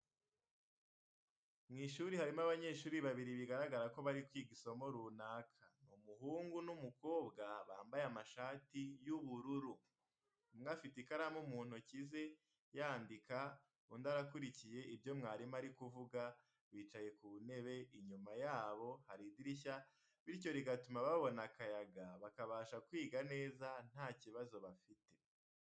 Mu ishuri ririmo Abanyeshuri babiri bigaragara ko bari kwiga Isomo runaka ni Umuhungu n'umukobwa bambaye Amashati y'ubururu. Umwe afite ikaramu mu ntoki ze yandika undi arakurikiye ibyo mwarimu arikuvuga bicaye ku ntebe inyuma yabo hari idirishya bityo rigatuma babona akayaga bakabasha kwiga neza ntakibazo bafite.